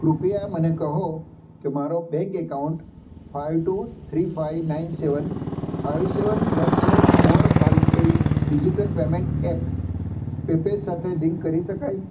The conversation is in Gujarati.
કૃપયા મને કહો કે મારો bank account five two three five nine seven five seven one seven four five eight digital payment app પેપેઝ સાથે લિંક કરી શકાય